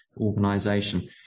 organization